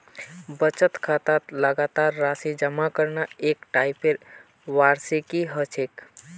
बचत खातात लगातार राशि जमा करना एक टाइपेर वार्षिकी ह छेक